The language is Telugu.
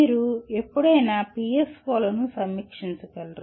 మీరు ఎప్పుడైనా PSO లను సమీక్షించరు